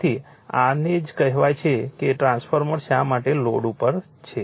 તેથી આ ને જ કહેવાય છે કે ટ્રાન્સફોર્મર શા માટે લોડ ઉપર છે